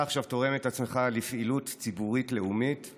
אתה עכשיו תורם את עצמך לפעילות ציבורית לאומית.